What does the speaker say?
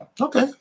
Okay